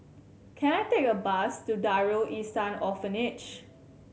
can I take a bus to Darul Ihsan Orphanage